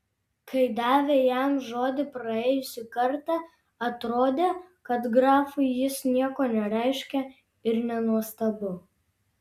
kai davė jam žodį praėjusį kartą atrodė kad grafui jis nieko nereiškia ir nenuostabu